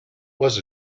was